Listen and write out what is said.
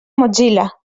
mozilla